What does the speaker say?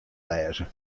lêze